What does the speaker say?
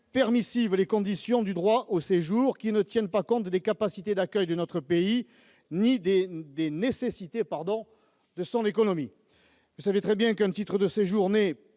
permissives les conditions du droit au séjour, qui ne tiennent compte ni des capacités d'accueil de notre pays ni des nécessités de son économie. Vous savez très bien qu'un titre de séjour n'est,